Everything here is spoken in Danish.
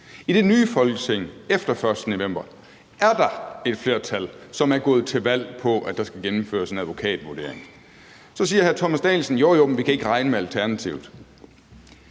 I det nye Folketing efter den 1. november er der et flertal, som er gået til valg på, at der skal gennemføres en advokatvurdering. Så siger hr. Thomas Danielsen: Jo jo, men vi kan ikke regne med Alternativet.